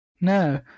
No